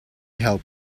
help